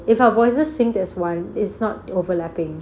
if our voices sync that's why is not overlapping